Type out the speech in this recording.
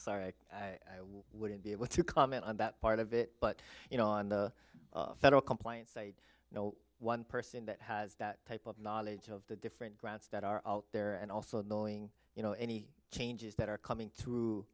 sorry i wouldn't be able to comment on that part of it but you know on the federal complaint say you know one person that has that type of knowledge of the different grants that are out there and also knowing you know any changes that are coming through